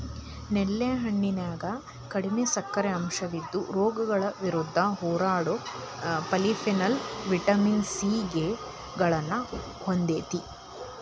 ನೇಲಿ ಹಣ್ಣಿನ್ಯಾಗ ಕಡಿಮಿ ಸಕ್ಕರಿ ಅಂಶವಿದ್ದು, ರೋಗಗಳ ವಿರುದ್ಧ ಹೋರಾಡೋ ಪಾಲಿಫೆನಾಲ್, ವಿಟಮಿನ್ ಸಿ, ಕೆ ಗಳನ್ನ ಹೊಂದೇತಿ